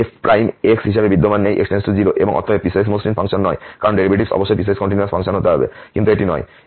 এই f হিসাবে বিদ্যমান নেই x → 0 এবং অতএব এটি পিসওয়াইস মসৃণ ফাংশন নয় কারণ ডেরিভেটিভ অবশ্যই পিসওয়াইস কন্টিনিউয়াস ফাংশন হতে হবে কিন্তু এটি নয়